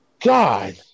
God